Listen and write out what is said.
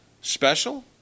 special